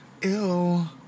Ew